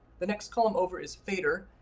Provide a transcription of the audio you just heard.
the next column over is fader.